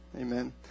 Amen